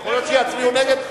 יכול להיות שיצביעו נגד,